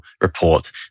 report